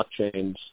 blockchains